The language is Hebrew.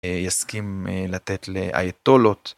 יסכים לתת לאייטולות.